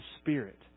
Spirit